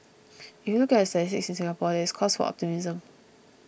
if you look at the statistics in Singapore there is cause for optimism